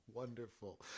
Wonderful